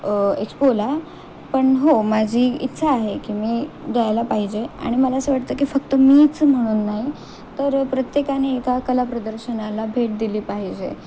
एक्सपोला पण हो माझी इच्छा आहे की मी द्यायला पाहिजे आणि मला असं वाटतं की फक्त मीच म्हणून नाही तर प्रत्येकाने एका कला प्रदर्शनाला भेट दिली पाहिजे